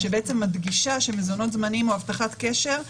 שמדגישה שמזונות זמניים או הבטחת קשר,